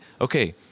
okay